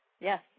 Yes